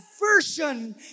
version